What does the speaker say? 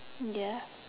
ya